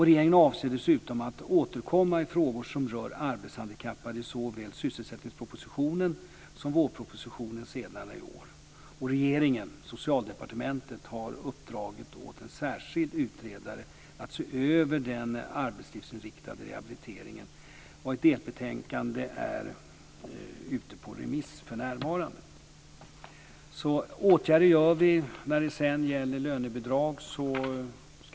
Regeringen avser dessutom att återkomma i frågor som rör arbetshandikappade i såväl sysselsättningspropositionen som vårpropositionen senare i år. Regeringen och Socialdepartementet har uppdragit åt en särskild utredare att se över den arbetslivsinriktade rehabiliteringen. Ett delbetänkande är ute på remiss för närvarande. Åtgärder vidtar vi alltså. Jag ska titta på lönebidragen.